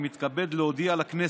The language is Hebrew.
אני מתכבד להודיע לכנסת,